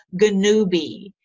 ganubi